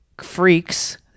freaks